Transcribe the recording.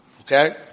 Okay